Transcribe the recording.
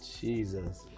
Jesus